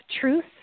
truth